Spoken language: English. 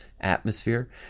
atmosphere